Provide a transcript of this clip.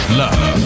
love